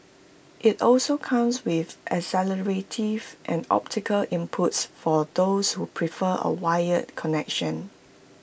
IT also comes with and optical inputs for those who prefer A wired connection